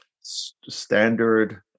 standard